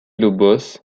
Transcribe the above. lobos